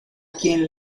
quien